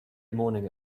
morning